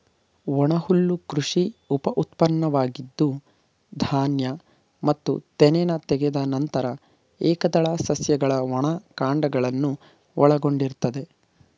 ಒಣಹುಲ್ಲು ಕೃಷಿ ಉಪಉತ್ಪನ್ನವಾಗಿದ್ದು ಧಾನ್ಯ ಮತ್ತು ತೆನೆನ ತೆಗೆದ ನಂತರ ಏಕದಳ ಸಸ್ಯಗಳ ಒಣ ಕಾಂಡಗಳನ್ನು ಒಳಗೊಂಡಿರ್ತದೆ